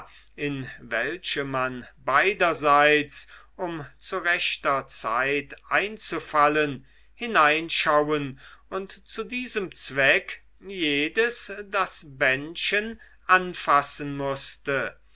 in welche man beiderseits um zu rechter zeit einzufallen hineinschauen und zu diesem zweck jedes das bändchen anfassen mußte